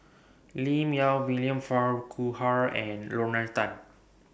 Lim Yau William Farquhar and Lorna Tan